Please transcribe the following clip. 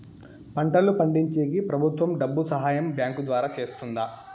పంటలు పండించేకి ప్రభుత్వం డబ్బు సహాయం బ్యాంకు ద్వారా చేస్తుందా?